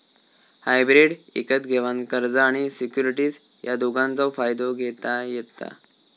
hybrid इकत घेवान कर्ज आणि सिक्युरिटीज या दोघांचव फायदो घेता येता